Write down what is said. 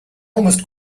almost